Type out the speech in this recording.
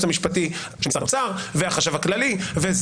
המשפטי של משרד האוצר והחשב הכללי.